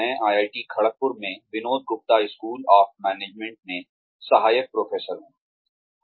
मैं IIT खड़गपुर में Vinod Gupta school of management में सहायक प्रोफेसर हूं